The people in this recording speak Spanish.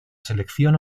selección